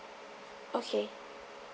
okay